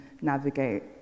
navigate